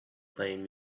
playing